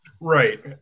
right